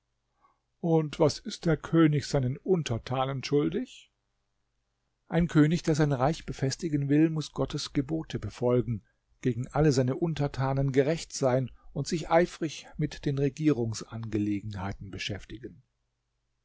und was ist der könig seinen untertanen schuldig ein könig der sein reich befestigen will muß gottes gebote befolgen gegen alle seine untertanen gerecht sein und sich eifrig mit den regierungsangelegenheiten beschäftigen